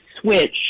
Switch